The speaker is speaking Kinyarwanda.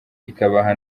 ikabaha